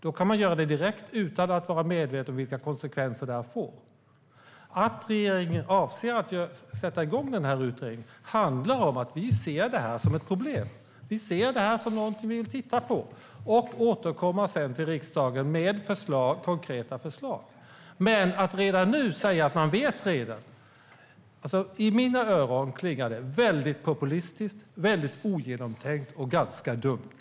Då kan man göra detta direkt utan att vara medveten om vilka konsekvenser det får. Att regeringen avser att sätta igång den här utredningen handlar om att vi ser det här som ett problem och något vi vill titta på för att sedan återkomma till riksdagen med konkreta förslag. Att säga att man redan nu vet klingar i mina öron väldigt populistiskt, väldigt ogenomtänkt och ganska dumt.